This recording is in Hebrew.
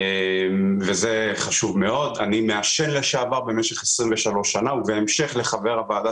אני מעשן לשעבר במשך 23 שנים ובהמשך לדברי חבר הוועדה